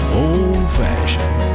old-fashioned